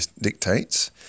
dictates